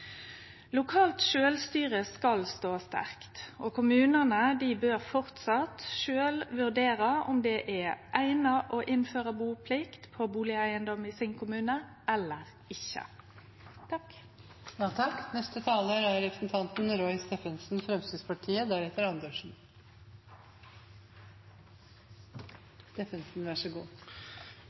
Lokalt sjølvstyre skal stå sterkt. Kommunane bør framleis sjølve vurdere om det er eigna å innføre buplikt på bustadeigedomar i sin kommune eller ikkje.